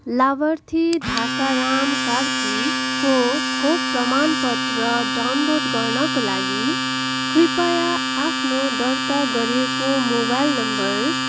लाभार्थी ढाकाराम कार्कीको खोप प्रमाण पत्र डाउनलोड गर्नका लागि कृपया आफ्नो दर्ता गरिएको मोबाइल नम्बर